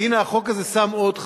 והנה החוק הזה שם עוד חסם.